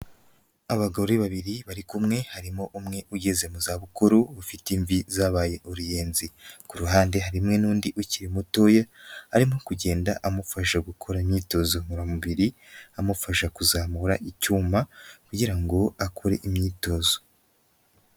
Abagore babiri bari kumwe, harimo umwe ugeze mu za bukuru ufite imvi zabaye uruyenzi, ku ruhande harimwe n'undi ukiri mutoya, arimo kugenda amufasha gukora imyitozo ngororamubiri, amufasha kuzamura icyuma kugirango ngo akore imyitozo.